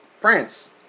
France